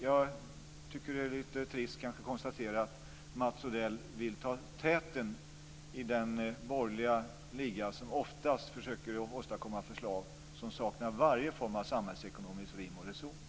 Jag tycker att det är lite trist att konstatera att Mats Odell vill ta täten i den borgerliga liga som oftast försöker åstadkomma förslag som saknar varje form av samhällsekonomiskt rim och reson.